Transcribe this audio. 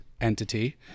entity